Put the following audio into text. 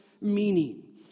meaning